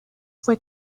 fue